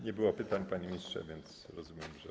Nie było pytań, panie ministrze, więc rozumiem, że.